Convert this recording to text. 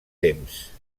temps